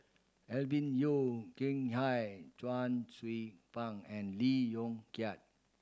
Alvin Yeo Khirn Hai Chuang Hsueh Fang and Lee Yong Kiat